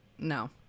No